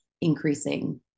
increasing